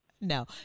No